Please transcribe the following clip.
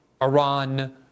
Iran